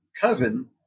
cousin